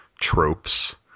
tropes